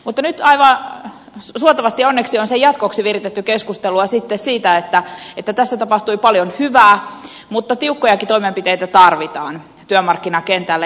mutta nyt aivan suotavasti ja onneksi on sen jatkoksi viritetty keskustelua siitä että tässä tapahtui paljon hyvää mutta tiukkojakin toimenpiteitä tarvitaan työmarkkinakentällä